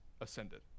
ascended